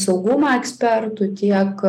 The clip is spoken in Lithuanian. saugumo ekspertų tiek